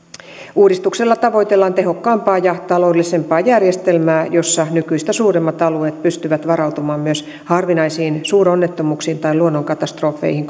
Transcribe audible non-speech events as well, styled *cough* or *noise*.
uudistuksella tavoitellaan tehokkaampaa ja taloudellisempaa järjestelmää jossa nykyistä suuremmat alueet pystyvät varautumaan myös harvinaisiin suuronnettomuuksiin tai luonnonkatastrofeihin *unintelligible*